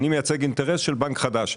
אני מייצג אינטרס של בנק חדש.